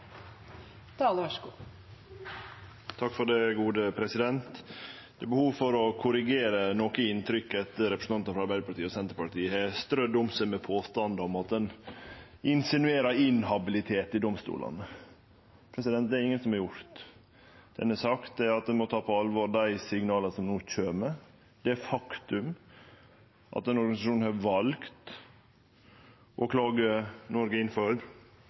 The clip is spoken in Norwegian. og så har jeg beskrevet hvordan jeg mener den prosessen bør være. Replikkordskiftet er over. Det er behov for å korrigere inntrykket noko etter at representantar frå Arbeidarpartiet og Senterpartiet har strødd om seg med påstandar om at ein insinuerer inhabilitet i domstolane. Det er det ingen som har gjort. Det vi har sagt, er at ein må ta på alvor dei signala som no kjem, det faktum at denne organisasjonen har valt å klage Noreg